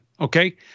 okay